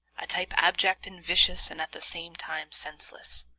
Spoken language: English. a type abject and vicious and at the same time senseless.